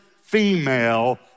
female